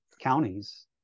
counties